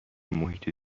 محیط